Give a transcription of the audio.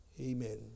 Amen